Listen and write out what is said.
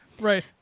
Right